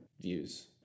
views